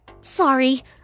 Sorry